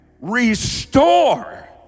Restore